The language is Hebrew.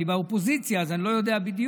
אני באופוזיציה אז אני לא יודע בדיוק,